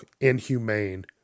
inhumane